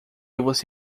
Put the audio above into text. você